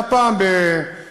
היה פעם במחלף,